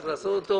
צריך לעשות אותו